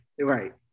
Right